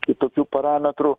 kitokių parametrų